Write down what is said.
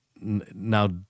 now